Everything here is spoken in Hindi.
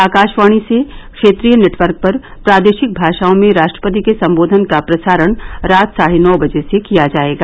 आकाशवाणी से क्षेत्रीय नेटवर्क पर प्रादेशिक भाषाओं में राष्ट्रपति के संबोधन का प्रसारण रात साढे नौ बजे से किया जाएगा